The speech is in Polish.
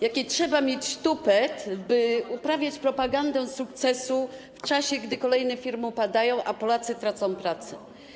Jaki trzeba mieć tupet, by uprawiać propagandę sukcesu w czasie, gdy kolejne firmy upadają, a Polacy tracą pracę?